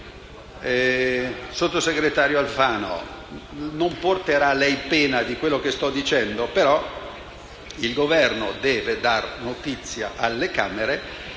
sottosegretario Alfano, non porterà lei pena di quello che sto dicendo, ma il Governo deve darne notizia alle Camera